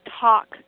talk